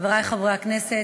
חברי חברי הכנסת,